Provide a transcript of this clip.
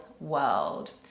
world